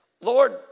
Lord